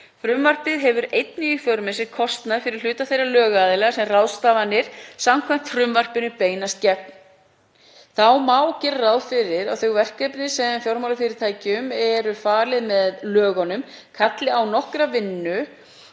Frumvarpið hefur einnig í för með sér kostnað fyrir hluta þeirra lögaðila sem ráðstafanir samkvæmt frumvarpinu beinast gegn. Þá má gera ráð fyrir að þau verkefni sem fjármálafyrirtækjum eru falin með lögunum kalli á nokkra vinnu